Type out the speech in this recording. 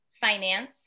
finance